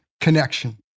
connection